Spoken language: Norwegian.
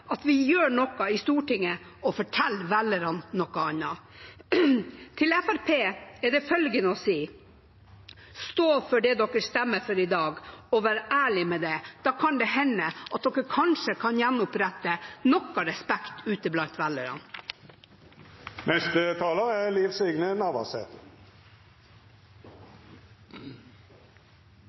at vi gjør noe i Stortinget, og forteller velgerne noe annet. Til Fremskrittspartiet er det følgende å si: Stå for det partiet stemmer for i dag og vær ærlig om det. Da kan det hende at de kanskje kan gjenopprette noe respekt ute blant